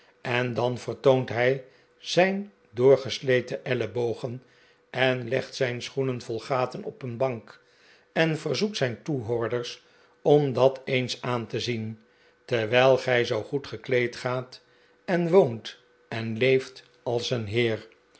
en dan vertoont hij zijn doorgesleten ellebogen en legt zijn schoenen vol gaten op een bank en verzoekt zijn toehoorders om dat eens aan te zien terwijl gij zoo goed gekleed gaat en woont en leeft als een heer